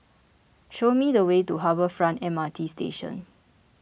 show me the way to Harbour Front M R T Station